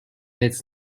its